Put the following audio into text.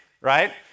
right